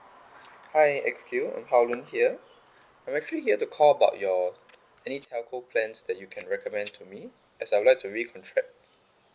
hi X_Q I'm hao loon here here I'm actually here to call about your any telco plans that you can recommend to me as I would like to recontract